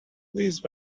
please